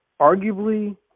Arguably